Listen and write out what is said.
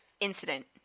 incident